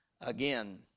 again